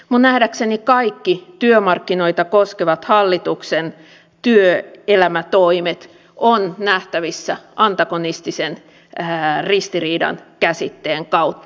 minun nähdäkseni kaikki työmarkkinoita koskevat hallituksen työelämätoimet on nähtävissä antagonistisen ristiriidan käsitteen kautta